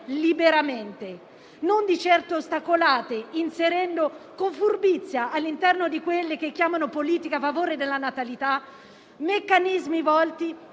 liberamente, non di certo ostacolate, inserendo con furbizia all'interno di quelle che chiamano politiche a favore della natalità meccanismi volti